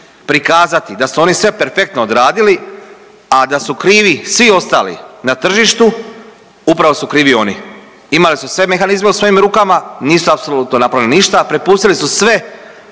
prikazati da su oni sve perfektno odradili, a da su krivi svi ostali na tržištu upravo su krivi oni. Imali su sve mehanizme u svojim rukama, nisu apsolutno napravili ništa, a prepustili su sve